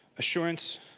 Assurance